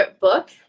book